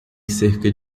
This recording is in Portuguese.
cerca